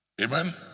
Amen